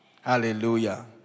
Hallelujah